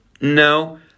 no